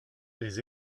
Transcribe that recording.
les